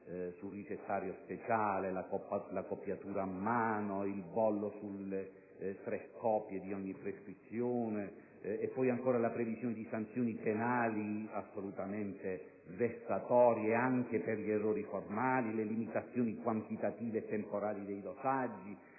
sul ricettario speciale, la copiatura a mano, il bollo sulle tre copie di ogni prescrizione; ancora, la previsione di sanzioni penali assolutamente vessatorie anche per gli errori formali, le limitazioni quantitative e temporali dei dosaggi,